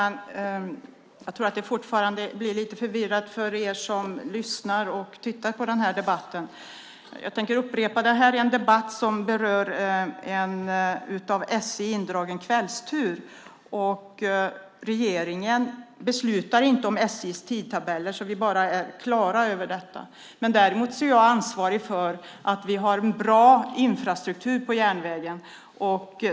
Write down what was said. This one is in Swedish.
Herr talman! Jag tror att det blir lite förvirrande för er som lyssnar och tittar på debatten. Jag tänker därför upprepa att det här är en debatt om berör en av SJ indragen kvällstur. Regeringen beslutar inte om SJ:s tidtabeller. Jag vill bara göra det klart, däremot är jag ansvarig för att vi har en bra infrastruktur på järnvägen.